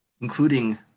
including